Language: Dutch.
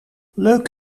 leuk